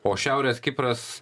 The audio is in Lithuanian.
o šiaurės kipras